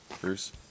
Bruce